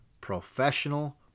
professional